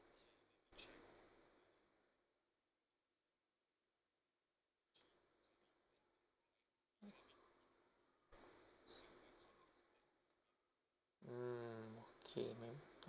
mm okay never mind